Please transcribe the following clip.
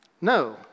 No